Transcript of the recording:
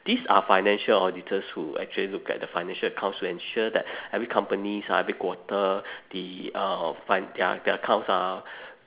these are financial auditors who actually look at the financial accounts to ensure that every companies ah every quarter the uh fin~ their their accounts are